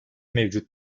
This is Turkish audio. mevcut